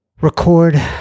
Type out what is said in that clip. record